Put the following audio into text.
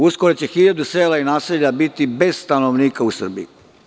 Uskoro će 1000 sela i naselja biti bez stanovnika u Srbiji.